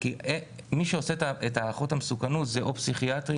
מי שעושה את הערכות המסוכנות זה פסיכיאטרים